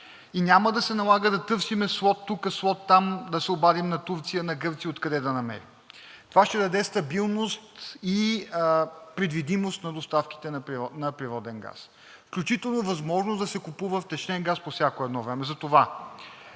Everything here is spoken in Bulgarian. и няма да се налага да търсим слот тук, слот там, да се обадим на Турция, на Гърция, откъде да намерим. Това ще даде стабилност и предвидимост на доставките на природен газ, включително възможност да се купува втечнен газ по всяко едно време.